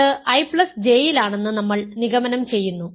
അത് IJ യിലാണെന്ന് നമ്മൾ നിഗമനം ചെയ്യുന്നു